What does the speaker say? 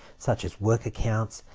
such as work accounts,